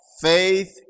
Faith